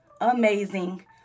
amazing